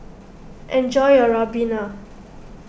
enjoy your Ribena